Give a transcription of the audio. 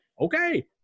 Okay